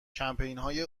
کمپینهای